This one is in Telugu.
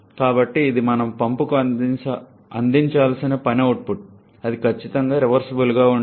కాబట్టి ఇది మనం పంప్కు అందించాల్సిన పని అవుట్పుట్ అది ఖచ్చితంగా రివర్సిబుల్గా ఉంటే